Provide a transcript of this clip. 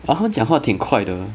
but 他们讲话挺快的